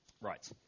right